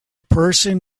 person